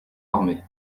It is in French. armée